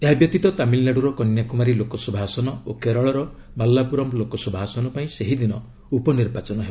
ଏହା ବ୍ୟତୀତ ତାମିଲନାଡ଼ର କନ୍ୟାକୁମାରୀ ଲୋକସଭା ଆସନ ଓ କେରଳର ମାଲାପୁରମ୍ ଲୋକସଭା ଆସନ ପାଇଁ ସେହିଦିନ ଉପନିର୍ବାଚନ ହେବ